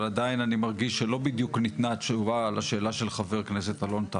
אבל עדיין אני מרגיש שלא בדיוק ניתנה תשובה לשאלה של חבר הכנסת אלון טל.